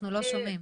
אנחנו לא שומעים.